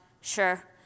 Sure